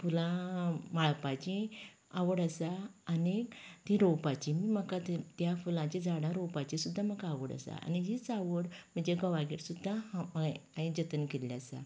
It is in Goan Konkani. फुलां माळपाची आवड आसा आनीक ती रोवपाची बी म्हाका त्या फुलांची झाडां रोवपाची सुद्दां म्हाका आवड आसा आनी हीच आवड म्हज्या घोवागेर सुद्दां हांव हांवेन जतन केल्ली आसा